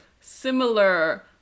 similar